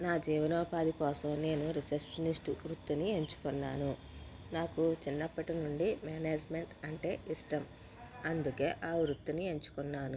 నా జీవనోపాధికోసం నేను రిసెప్షనలిస్ట్ వృత్తిని ఎంచుకున్నాను నాకు చిన్నప్పటినుండి మేనేజిమెంట్ అంటే ఇష్టం అందుకే ఆ వృత్తిని ఎంచుకున్నాను